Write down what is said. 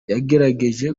yagerageje